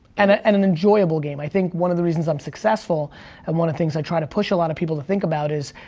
and ah and an enjoyable game. i think one of the reasons i'm successful and one of the things i try to push a lot of people to think about is,